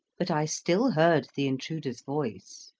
but i still heard the intruder's voice.